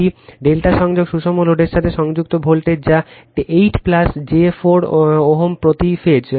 একটি ∆ সংযুক্ত সুষম লোডের সাথে সংযুক্ত ভোল্টেজ যা 8 j 4 Ω প্রতি ফেজ